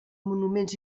monuments